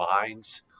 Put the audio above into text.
minds